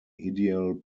ideal